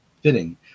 fitting